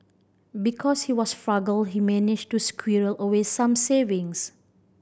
because he was frugal he managed to squirrel away some savings